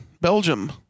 Belgium